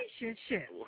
relationship